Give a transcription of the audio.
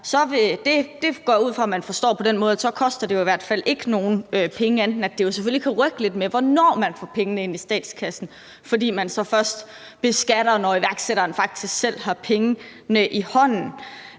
Det går jeg ud fra at man forstår på den måde, at det jo så i hvert fald ikke koster nogen penge, men det kan selvfølgelig rykke lidt ved, hvornår man får pengene ind i statskassen, fordi man så først beskatter, når iværksætteren faktisk selv har pengene i hånden.